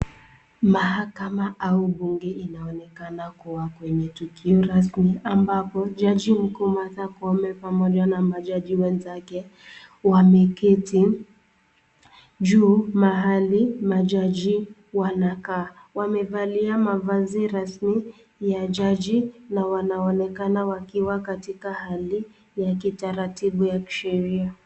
Mahakama au Bunge inaoneka kua kwenye tukio rasmi, ambapo Jaji mkuu Martha Koome pamoja na maji wenzake wameketi juu mahali majaji wanakaa, wamevalia mavazi rasmi ya Jaji, na wanaonekana wakiwa katika hali ya kitaratibu ya kisheria.